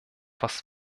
was